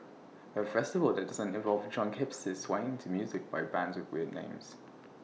A festival that doesn't involve drunk hipsters swaying to music by bands with weird names